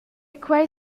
quei